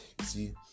See